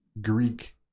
greek